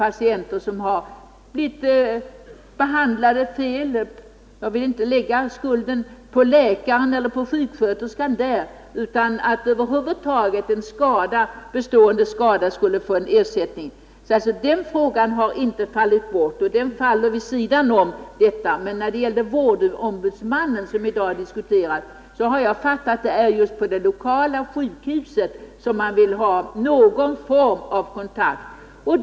Jag ville inte att skulden skulle fastställas och utkrävas av läkaren eller sjuksköterskan utan bara ha konstaterat att patienten lidit skada och hade rätt till ersättning. Den frågan har inte lösts, men den faller vid sidan om dagens debatt. När det gäller vårdombudsmannen som vi i dag diskuterat har jag förstått det så att det är just på det lokala sjukhuset som man vill ha ett kontaktforum.